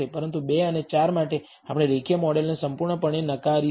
પરંતુ 2 અને 4 માટે આપણે રેખીય મોડેલને સંપૂર્ણપણે નકારીશું